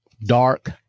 dark